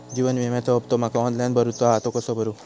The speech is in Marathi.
जीवन विम्याचो हफ्तो माका ऑनलाइन भरूचो हा तो कसो भरू?